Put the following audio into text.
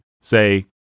say